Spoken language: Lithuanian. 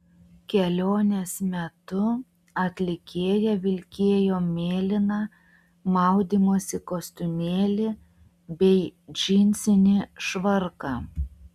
kelionės metu atlikėja vilkėjo mėlyną maudymosi kostiumėlį bei džinsinį švarką